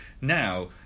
Now